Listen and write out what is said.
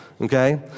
okay